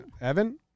Evan